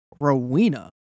Rowena